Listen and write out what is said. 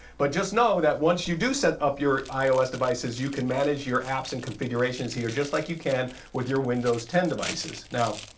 but just know that once you do set up your ios devices, you can manage your apps and configurations here just like you can with your windows ten devices. now,